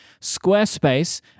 Squarespace